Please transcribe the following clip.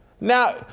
Now